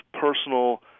personal